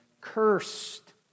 Cursed